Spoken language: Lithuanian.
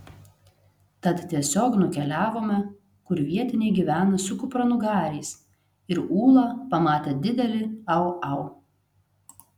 tad tiesiog nukeliavome kur vietiniai gyvena su kupranugariais ir ūla pamatė didelį au au